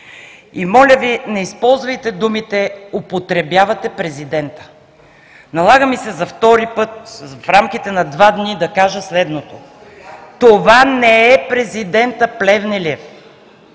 И моля Ви, не използвайте думите „употребявате президента“. Налага ми се за втори път, в рамките на два дни да кажа следното: това не е президентът Плевнелиев.